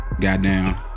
goddamn